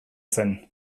zen